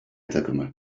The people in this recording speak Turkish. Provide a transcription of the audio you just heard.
takımı